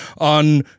on